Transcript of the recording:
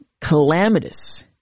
calamitous